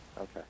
Okay